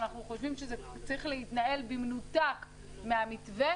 ואנחנו חושבים שזה צריך להתנהל במנותק מהמתווה,